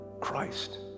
Christ